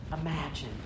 Imagine